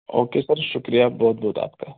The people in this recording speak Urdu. اوکے سر شکریہ بہت بہت آپ کا